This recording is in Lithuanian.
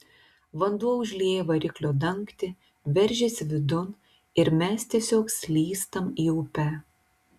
vanduo užlieja variklio dangtį veržiasi vidun ir mes tiesiog slystam į upę